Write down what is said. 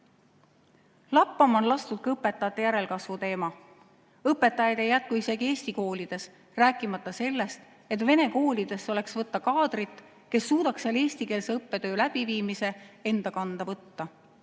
on lastud ka õpetajate järelkasvu teema. Õpetajaid ei jätku isegi eesti koolides, rääkimata sellest, et vene koolidesse oleks võtta kaadrit, kes suudaks seal eestikeelse õppetöö läbiviimise enda kanda võtta.